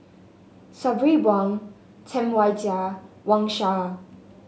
Sabri Buang Tam Wai Jia Wang Sha